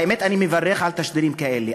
האמת, אני מברך על תשדירים כאלה.